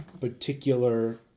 particular